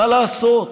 מה לעשות.